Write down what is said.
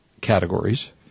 categories